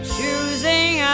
Choosing